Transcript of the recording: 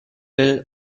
will